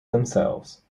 themselves